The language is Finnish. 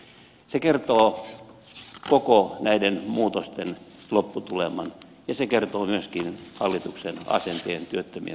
se kertoo koko näiden muutosten lopputuleman ja se kertoo myöskin hallituksen asenteet työttömiä